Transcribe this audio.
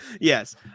yes